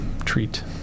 treat